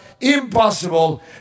impossible